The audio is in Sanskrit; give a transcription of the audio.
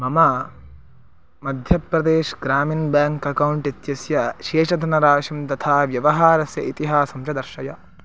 मम मध्यप्रदेश् ग्रामिन् बेङ्क् अकौण्ट् इत्यस्य शेषधनराशिं तथा व्यवहारस्य इतिहासं च दर्शय